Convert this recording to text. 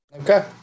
okay